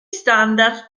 standard